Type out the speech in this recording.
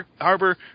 Harbor